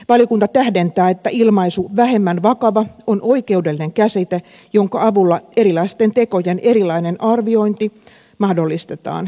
valiokunta tähdentää että ilmaisu vähemmän vakava on oikeudellinen käsite jonka avulla erilaisten tekojen erilainen arviointi mahdollistetaan